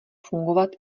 fungovat